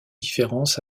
différences